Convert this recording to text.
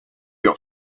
your